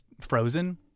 ...Frozen